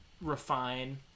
Refine